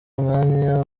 umwanya